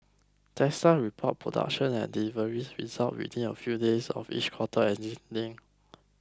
Tesla reports production and deliveries results within a few days of each quarter